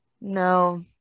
No